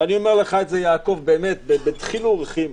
ואני אומר לך את זה, יעקב, בדחילו ורחימו,